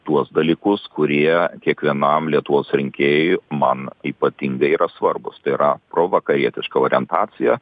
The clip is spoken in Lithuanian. tuos dalykus kurie kiekvienam lietuvos rinkėjui man ypatingai yra svarbūs tai yra provakarietiška orientacija